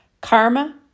karma